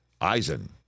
eisen